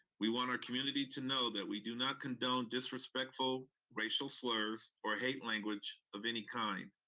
we want our community to know that we do not condone disrespectful racial slurs, or hate language of any kind.